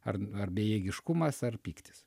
ar ar bejėgiškumas ar pyktis